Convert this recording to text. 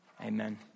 Amen